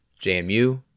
JMU